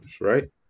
right